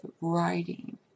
writing